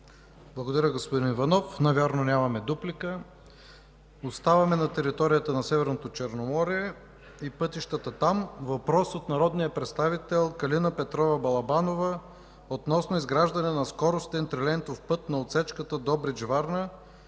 Благодаря, господин Иванов. Навярно нямаме дуплика. Оставаме на територията на Северното Черноморие и пътищата там. Въпрос от народния представител Калина Петрова Балабанова относно изграждане на скоростен трилентов път на отсечката Добрич – Варна